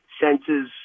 senses